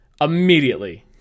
immediately